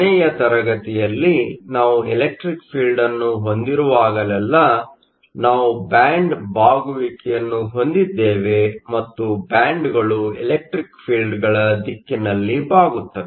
ಕೊನೆಯ ತರಗತಿಯಲ್ಲಿ ನಾವು ಎಲೆಕ್ಟ್ರಿಕ್ ಫೀಲ್ಡ್ ಅನ್ನು ಹೊಂದಿರುವಾಗಲೆಲ್ಲಾ ನಾವು ಬ್ಯಾಂಡ್ ಬಾಗುವಿಕೆಯನ್ನು ಹೊಂದಿದ್ದೇವೆ ಮತ್ತು ಬ್ಯಾಂಡ್ಗಳು ಎಲೆಕ್ಟ್ರಿಕ್ ಫೀಲ್ಡ್ಗಳ ದಿಕ್ಕಿನಲ್ಲಿ ಬಾಗುತ್ತವೆ